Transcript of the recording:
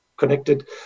connected